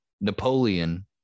Napoleon